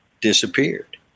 disappeared